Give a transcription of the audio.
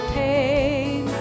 pain